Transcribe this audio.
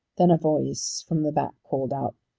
then a voice from the back called out,